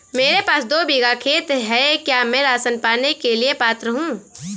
मेरे पास दो बीघा खेत है क्या मैं राशन पाने के लिए पात्र हूँ?